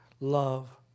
love